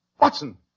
Watson